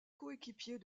coéquipier